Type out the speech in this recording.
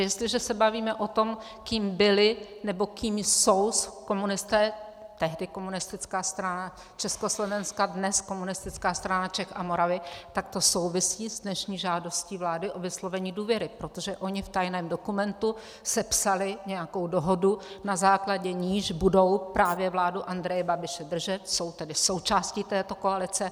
Jestliže se bavíme o tom, kým byli nebo kým jsou komunisté, tehdy Komunistická strana Československa, dnes Komunistická strana Čech a Moravy, tak to souvisí s dnešní žádostí vlády o vyslovení důvěry, protože oni v tajném dokumentu sepsali nějakou dohodu, na základě níž budou právě vládu Andreje Babiše držet, jsou tedy součástí této koalice.